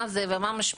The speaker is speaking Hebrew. מה זה ומה המשמעות?